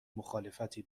مخالفتی